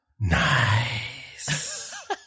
Nice